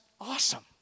awesome